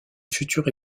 future